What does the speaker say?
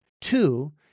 Two